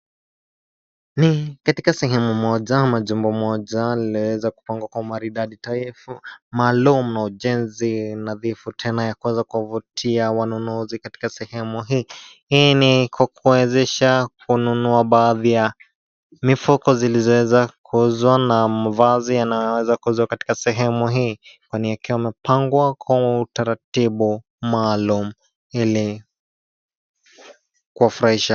Ni katika sehemu moja ama jumba moja lililoweza kupangwa kwa maridadi taifu maalum na ujenzi nadhifu tena ya kuweza kuwavutia wanunuzi katika sehemu hii. Hii ni kwa kuwezesha kununua baadhi ya mifuko zilizoweza kuuzwa na mavazi yanayoweza kuuzwa katika sehemu hii kwani yakiwa yamepangwa kwa utaratibu maalum ili kuwafurahisha.